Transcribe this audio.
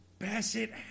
Basset